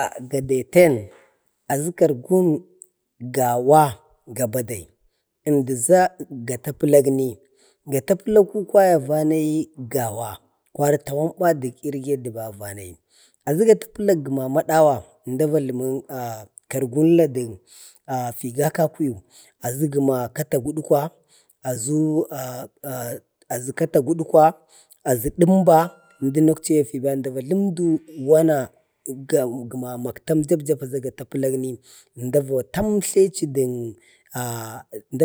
ah də deten aʒu kargun gawa ga bade, ʒmdi ʒa gataplakni, gataplaku kwaya va nayi gawa, kwari tawan ba be irik yadda va nayi. aʒu gataplak gəna madawa, əmda va jləmə kargunla ga kakuyik, aʒu gəma katagudka, aʒu katagudka, dumba, ənduno akchiyau fi əmda va jləmədu wana, gəma maktam japjapa gataplakni əmda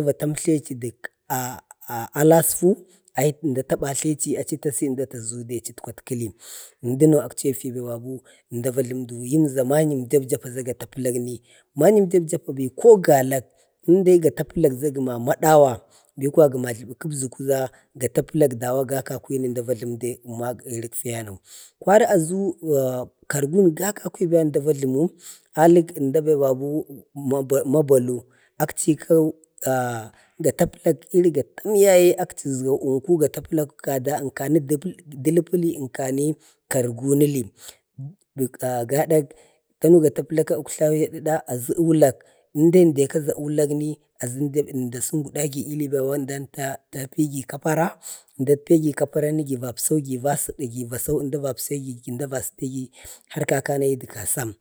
va tamtlechi dək alasfu, əmdu ta batlechi achi tasi əmda ta ʒuwu dachi ətkwatkəli, ʒndəno akchiyau fi babu əmda va jləmudu yim ʒək manyən japjapa ʒə gataplakchi, manyəm japjapa be ko galak, indai gataplak ʒa gəna madawa jləbu kəbʒuku ʒa gataplak ga kakwyikna əmda va irik fiyano. kwari aʒu kargun ga kakuyik bə əmda va jləmu alək əmdabe babu, ma ma mababu akchi ikau, gataplak kada, ənkani dəlapli ənkani kal gulini, gadak tanu gataplak uktlayu padəda aʒu ulak, ənʒe kaʒə ulakni əmda a sungulani ilai be əmdantapigi kapara, əmda pigi kaparana gi vaəpsau, gi va sə'yina gi vaəpsau əmda va sədegi va əpsegina har kaka anaidi kasam.